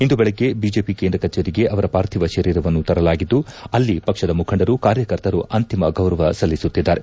ಇಂದು ಬೆಳಗ್ಗೆ ಬಿಜೆಪಿ ಕೇಂದ್ರ ಕಚೇರಿಗೆ ಅವರ ಪಾರ್ಥಿವ ಶರೀರವನ್ನು ತರಲಾಗಿದ್ದು ಅಲ್ಲಿ ಪಕ್ಷದ ಮುಖಂಡರು ಕಾರ್ಯಕರ್ತರು ಅಂತಿಮ ಗೌರವ ಸಲ್ಲಿಸುತ್ತಿದ್ದಾರೆ